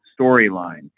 storyline